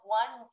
one